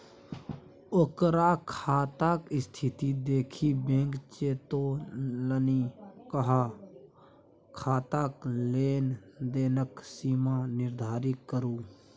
ओकर खाताक स्थिती देखि बैंक चेतोलनि अहाँ खाताक लेन देनक सीमा निर्धारित करू